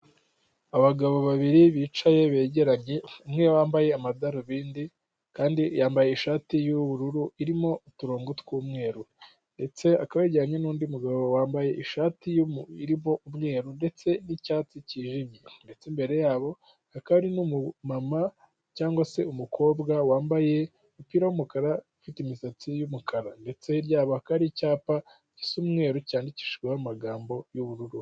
Abagabo babiri bicaye begeranye, umwe wambaye amadarubindi kandi yambaye ishati y'ubururu irimo uturongo tw'umweru ndetse akabajyanye n'undi mugabo wambaye ishati irimo umweru ndetse n'icyatsi cyijimye ndetse imbere yabo hakaba n'umumama cyangwa se umukobwa wambaye umupira w'umukara ufite imisatsi yumukara ndetse ryaba aka ari icyapa gisa umweru cyandikishiho amagambo y'ubururu.